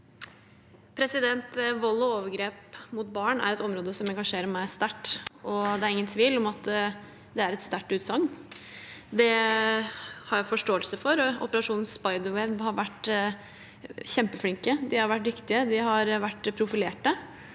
Vold og overgrep mot barn er et område som engasjerer meg sterkt, og det er ingen tvil om at det er et sterkt utsagn. Det har jeg forståelse for. Operasjon Spiderweb har vært kjempeflinke, de har vært dyktige, og de har vært profilerte.